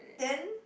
then